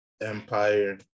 Empire